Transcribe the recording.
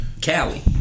Cali